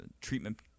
treatment